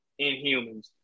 Inhumans